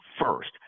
First